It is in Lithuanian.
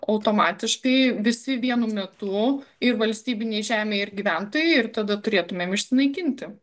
automatiškai visi vienu metu ir valstybinėj žemėj ir gyventojai ir tada turėtumėm išsinaikinti